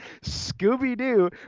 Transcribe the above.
Scooby-Doo